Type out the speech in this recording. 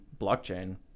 blockchain